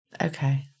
Okay